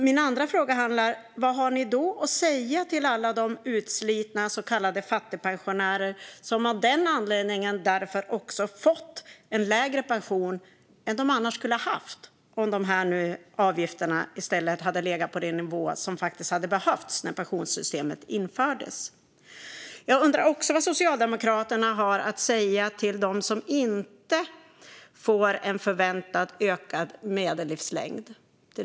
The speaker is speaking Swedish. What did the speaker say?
Min andra fråga är vad ni har att säga till alla de utslitna så kallade fattigpensionärer som av den anledningen också fått en lägre pension än de skulle ha fått om avgifterna legat på den nivå som hade behövts när pensionssystemet infördes. Jag undrar också vad Socialdemokraterna har att säga till dem som inte får den förväntade ökade livslängden.